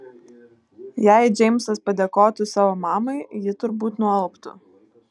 jei džeimsas padėkotų savo mamai ji turbūt nualptų